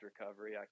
recovery